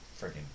freaking